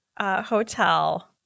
Hotel